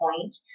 point